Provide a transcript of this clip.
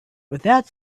without